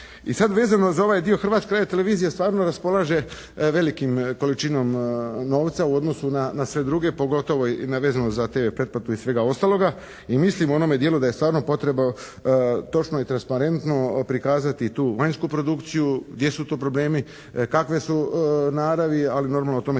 I sad vezano za ovaj dio Hrvatska radio televizija stvarno raspolaže velikom količinom novca u odnosu na sve druge pogotovo i na vezano za tv pretplatu i svega ostaloga i mislim u onome dijelu da je stvarno potrebno točno i transparentno prikazati tu vanjsku produkciju gdje su tu problemi, kakve su naravi. Ali normalno o tome